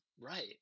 Right